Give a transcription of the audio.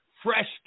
Fresh